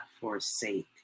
forsake